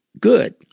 good